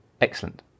Excellent